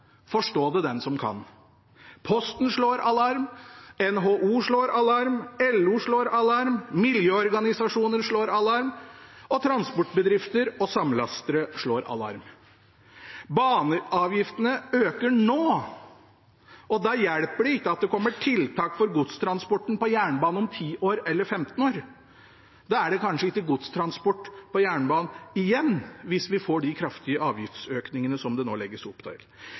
Forstå det den som kan. Posten slår alarm, NHO slår alarm, LO slår alarm, miljøorganisasjoner slår alarm, og transportbedrifter og samlastere slår alarm. Baneavgiftene øker nå, og da hjelper det ikke at det kommer tiltak for godstransporten på jernbanen om 10 år eller 15 år. Da er det kanskje ikke godstransport på jernbanen igjen, hvis vi får de kraftige avgiftsøkningene som det nå legges opp til.